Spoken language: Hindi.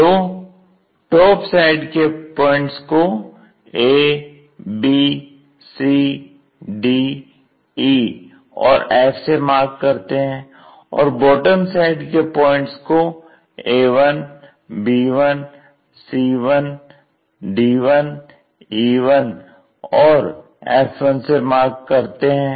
तो टॉप साइड के पॉइंट्स को abcde और f से मार्क करते हैं और बॉटम साइड के पॉइंट्स कोa1b1c1d1e1 और f1 से मार्क करते हैं